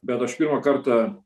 bet aš pirmą kartą